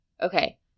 okay